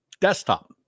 desktop